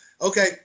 Okay